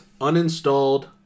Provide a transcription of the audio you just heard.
uninstalled